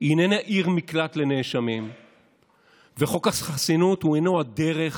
איננה עיר מקלט לנאשמים וחוק החסינות הוא הדרך